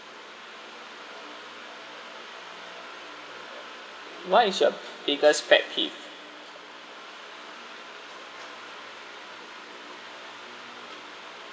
what is your biggest pet peeve